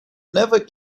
never